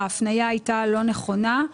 ההפניה הייתה לא נכונה.